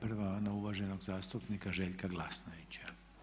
Prva na uvaženog zastupnika Željka Glasnovića.